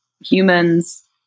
humans